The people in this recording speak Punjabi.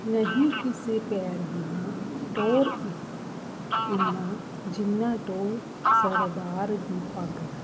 ਨਹੀਂ ਕਿਸੇ ਪੈਰ ਬਿਨਾ ਟੌਹਰ ਇੰਨਾ ਜਿੰਨਾ ਟੌਹਰ ਸਰਦਾਰ ਦੀ ਪੱਗ ਦਾ